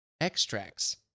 Extracts